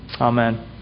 amen